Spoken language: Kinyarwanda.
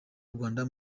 rwanda